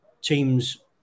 Teams